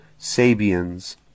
Sabians